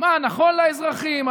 מה נכון לאזרחים,